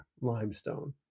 limestone